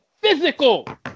physical